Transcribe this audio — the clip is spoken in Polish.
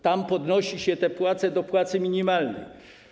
Tam podnosi się płace do płacy minimalnej.